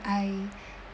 I